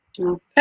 okay